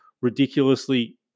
ridiculously